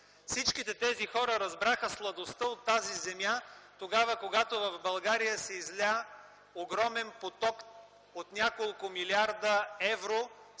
Всички тези хора разбраха сладостта от тази земя тогава, когато в България се изля огромен поток от няколко милиарда евро,